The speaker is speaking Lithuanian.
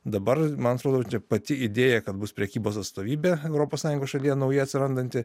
dabar man atrodo pati idėja kad bus prekybos atstovybė europos sąjungos šalyje naujai atsirandanti